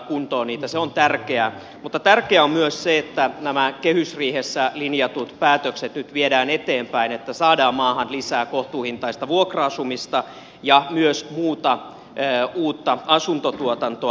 se on tärkeää mutta tärkeää on myös se että nämä kehysriihessä linjatut päätökset nyt viedään eteenpäin että saadaan maahan lisää kohtuuhintaista vuokra asumista ja myös muuta uutta asuntotuotantoa